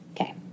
Okay